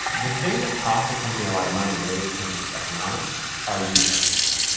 the thing that cost a company a lot of money and really determines its economics are user acquisition.